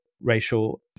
racial